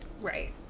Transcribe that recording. right